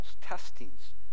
testings